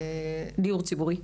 דיור ציבורי?